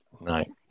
Right